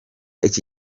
iki